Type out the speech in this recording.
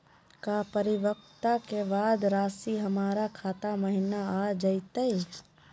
का परिपक्वता के बाद रासी हमर खाता महिना आ जइतई?